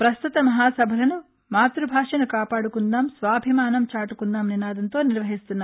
ప్రస్తుత మహాసభలను మాతృభాషను కాపాడుకుందాం స్వాభిమానం చాటుకుందాం నినాదంతో నిర్వహిస్తున్నారు